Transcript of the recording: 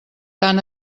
tant